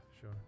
sure